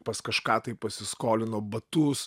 pas kažką tai pasiskolino batus